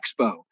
Expo